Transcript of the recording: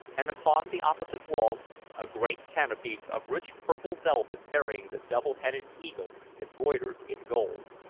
and upon the opposite wall a great canopy of rich purple velvet bearing the double-headed eagle embroidered in gold.